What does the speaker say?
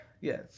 Yes